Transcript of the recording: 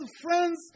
friends